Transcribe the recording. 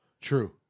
True